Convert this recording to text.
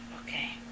Okay